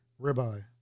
ribeye